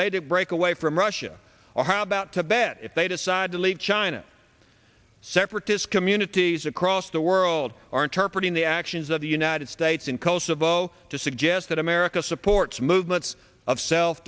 they did break away from russia or how about tibet if they decide to leave china separatist communities across the world are interpreted the actions of the united states in kosovo to suggest that america supports movements of self